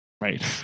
Right